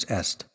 est